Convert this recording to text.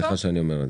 סליחה שאני אומר,